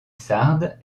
sarde